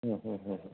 ಹ್ಞೂ ಹ್ಞೂ ಹ್ಞೂ